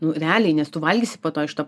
nu realiai nes tu valgysi po to iš to